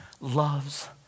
loves